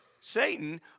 Satan